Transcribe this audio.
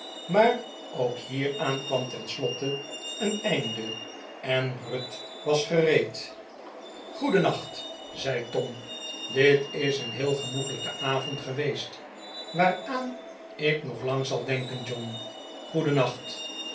maar ook hieraan kwam tenslotte een einde en ruth was gereed goedennacht zei tom dit is een heel genoeglijke avond geweest waaraan ik nog lang zal denken john